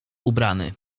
ubrany